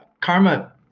Karma